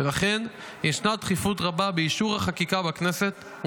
ולכן ישנה דחיפות רבה באישור החקיקה בכנסת,